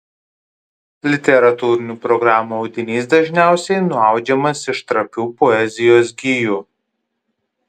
literatūrinių programų audinys dažniausiai nuaudžiamas iš trapių poezijos gijų